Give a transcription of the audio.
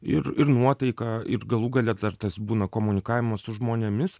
ir ir nuotaiką ir galų gale dar tas būna komunikavimas su žmonėmis